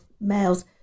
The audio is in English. males